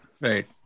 Right